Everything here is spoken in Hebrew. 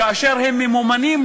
כאשר הם ממומנים,